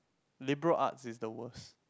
liberal arts is the worst